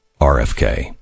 RFK